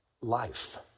life